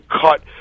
cut